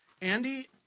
Andy